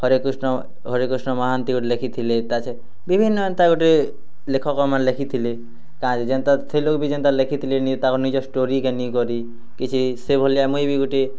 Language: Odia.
ହରେ କୃଷ୍ଣ ହରେ କୃଷ୍ଣ ମହାନ୍ତି ଗୁଟେ ଲେଖିଥିଲେ ତା'ସାଥେ ବିଭିନ୍ନ ଏନ୍ତା ଗୁଟେ ଲେଖକ ମାନେ ଲେଖିଥିଲେ କାଏଁଯେ ଯେନ୍ତା ଥିଲୁ ବି ଯେନ୍ତା ଲେଖିଥିଲେନି ତାଙ୍କ ନିଜର୍ ଷ୍ଟୋରି କେ ନେଇଁ କରି କିଛି ସେ ଭଲିଆ ମୁଇଁ ବି ଗୁଟେ